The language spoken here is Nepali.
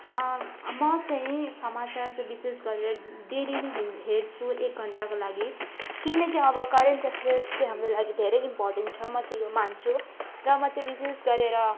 म चाहिँ समाचार चाहिँ विशेष गरेर डिडी नै हेर्छु एक घण्टाको लागि किनकि अब करेन्ट एफेएर्स चाहिँ हाम्रो लागि धेरै इम्पोर्टेन्ट छ म चाहिँ यो मान्छु र म चाहिँ विशेष गरेर